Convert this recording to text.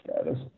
status